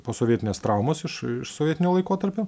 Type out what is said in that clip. posovietinės traumos iš iš sovietinio laikotarpio